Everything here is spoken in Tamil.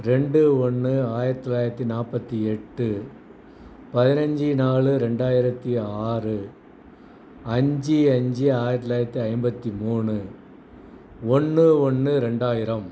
ரெண்டு ஒன்று ஆயிரத்தி தொள்ளாயிரத்தி நாற்பத்தி எட்டு பதினைஞ்சி நாலு ரெண்டாயிரத்தி ஆறு அஞ்சு அஞ்சு ஆயிரத்தி தொள்ளாயிரத்தி ஐம்பத்தி மூணு ஒன்று ஒன்று ரெண்டாயிரம்